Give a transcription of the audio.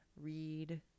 read